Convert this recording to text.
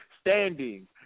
standing